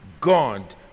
God